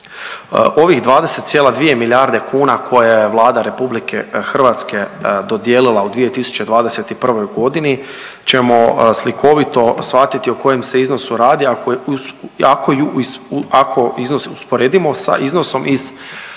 Ovih 20,2 milijarde kuna koje je Vlade RH dodijelila u 2021.g. ćemo slikovito shvatiti o kojem se iznosu radi, ako iznos usporedimo sa iznosom iz